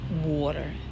water